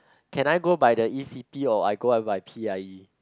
can I go by the e_c_p or I go on by p_i_e